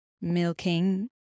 milking